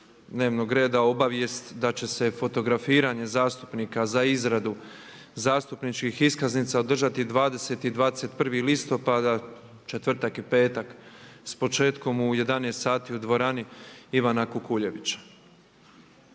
dnevnog reda obavijest da će se fotografiranje zastupnika za izradu zastupničkih iskaznica održati 20. i 21. listopada, četvrtak i petak s početkom u 11 sati u dvorani Ivana Kukuljevića.